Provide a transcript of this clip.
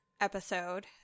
episode